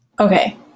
Okay